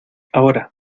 ahora